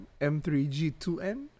M3G2N